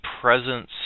presence